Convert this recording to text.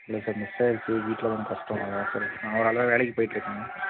இல்லை sir miss ஆகிடுச்சி வீட்டில் கொஞ்சம் கஷ்டம் அதான் சார் அதனால் தான் வேலைக்குப் போயிட்டிருக்கேன்